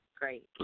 Great